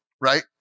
right